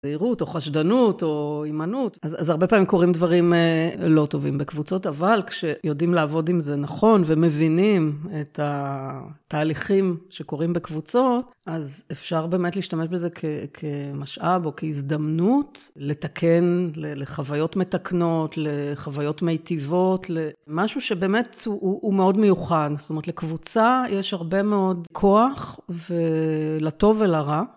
זהירות, או חשדנות, או המנעות, אז הרבה פעמים קורים דברים לא טובים בקבוצות, אבל כשיודעים לעבוד עם זה נכון, ומבינים את התהליכים שקורים בקבוצות, אז אפשר באמת להשתמש בזה כמשאב או כהזדמנות לתקן, לחוויות מתקנות, לחוויות מיטיבות, משהו שבאמת הוא מאוד מיוחד, זאת אומרת לקבוצה יש הרבה מאוד כוח, ו... לטוב ולרע.